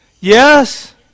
Yes